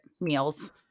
meals